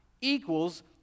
equals